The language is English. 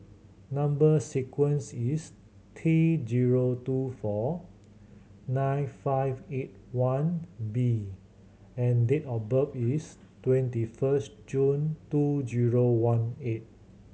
number sequence is T zero two four nine five eight one B and date of birth is twenty first June two zero one eight